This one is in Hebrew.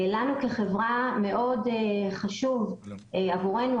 לנו כחברה מאוד חשוב עבורנו,